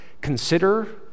Consider